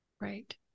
Right